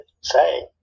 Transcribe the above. say